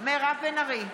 מירב בן ארי,